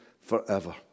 forever